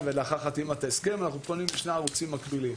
ולאחר חתימת ההסכם אנחנו פונים לשני ערוצים מקבילים.